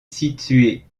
située